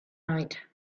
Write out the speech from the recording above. night